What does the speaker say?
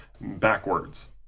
backwards